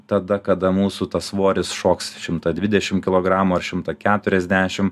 tada kada mūsų tas svoris šoks šimtą dvidešim kilogramų ar šimtą keturiasdešim